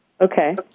Okay